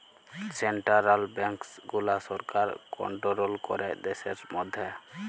central banks গুলা সরকার control ক্যরে দ্যাশের ম্যধে